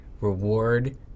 reward